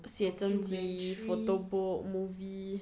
写真集 photo book movie